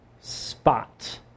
spot